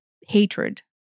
hatred